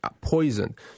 poisoned